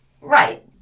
Right